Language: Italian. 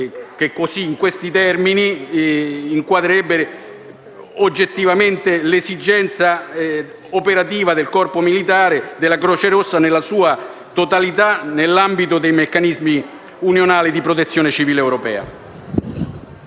che così, in questi termini, inquadrerebbe oggettivamente l'esigenza operativa del corpo militare della Croce Rossa nella sua totalità nell'ambito dei meccanismi di protezione civile